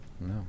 No